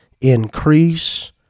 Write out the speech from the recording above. Increase